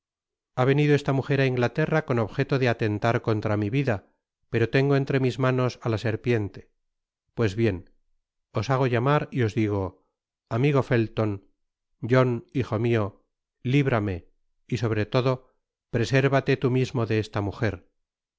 ha venido esta mujer á inglaterra con objeto de atentar contra mi vida pero tengo entre mis manos á la serpiente pues bient os hago llamar y os digo amigo felton john hijo mio tibrame y sobre todo presérvate tú mismo de esta mujer